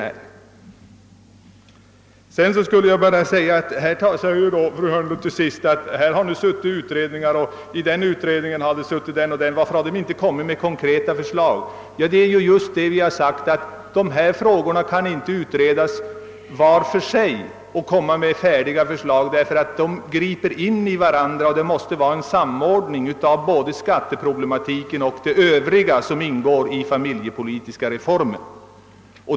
Till sist sade fru Hörnlund att den ene och andre representanten för oss som har suttit med i olika utredningar — varför har de inte kommit med konkreta förslag? Vi har just sagt att de här frågorna inte kan utredas var för sig och att man därför inte kan komma med färdiga förslag utan en samordning. De griper in i varandra, och det måste därför företas en samordning av skatteproblematiken och övriga problem som ingår i den familjepolitiska reformen.